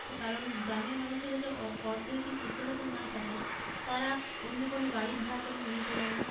তার কারণ গ্রামের মানুষের কাছে অর্থনৈতিক সচ্ছ্বলতা না থাকায় তারা অন্য কোনো গাড়ি ভাড়া করে নিয়ে যেতে পারে না